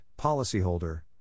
policyholder